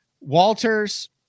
Walters